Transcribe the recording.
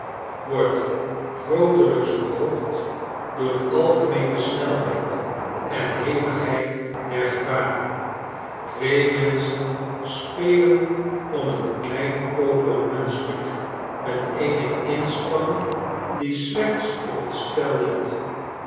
wordt grooteltjks verhoogd door de algemeene snelheid en hevigheid dergebaren twee menschen spelen om een klein koperen muntstuk met eene inspanning die slechts op het spel let